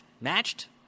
Matched